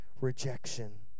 rejection